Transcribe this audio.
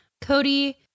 Cody